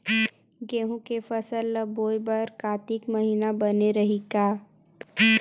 गेहूं के फसल ल बोय बर कातिक महिना बने रहि का?